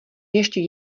ještě